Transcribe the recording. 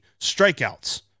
strikeouts